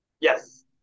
Yes